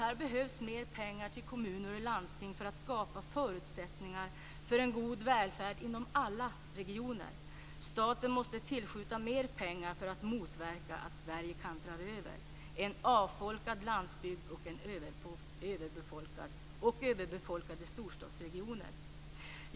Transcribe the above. Här behövs mer pengar till kommuner och landsting för att skapa förutsättningar för en god välfärd inom alla regioner. Staten måste tillskjuta mer pengar för att motverka att Sverige kantrar över med en avfolkad landsbygd och överbefolkade storstadsregioner.